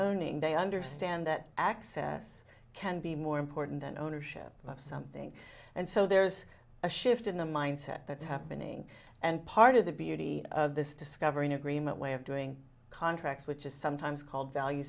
owning they understand that access can be more important than ownership of something and so there's a shift in the mindset that's happening and part of the beauty of this discovery in agreement way of doing contracts which is sometimes called value